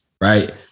right